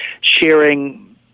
sharing